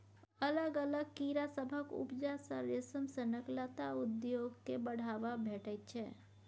अलग अलग कीड़ा सभक उपजा सँ रेशम सनक लत्ता उद्योग केँ बढ़ाबा भेटैत छै